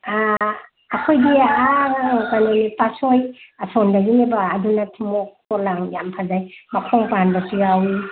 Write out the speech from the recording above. ꯑꯩꯈꯣꯏꯒꯤ ꯑꯥ ꯀꯩꯅꯣꯅꯤ ꯄꯥꯠꯁꯣꯏ ꯑꯁꯣꯝꯗꯒꯤꯅꯦꯕ ꯑꯗꯨꯅ ꯊꯨꯝꯃꯣꯛ ꯄꯣꯂꯥꯡ ꯌꯥꯝ ꯐꯖꯩ ꯃꯈꯣꯡ ꯄꯥꯟꯕꯁꯨ ꯌꯥꯎꯏ